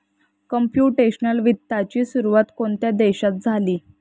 Computational वित्ताची सुरुवात कोणत्या देशात झाली?